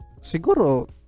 siguro